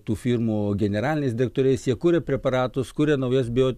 tų firmų generaliniais direktoriais jie kuria preparatus kuria naujas bio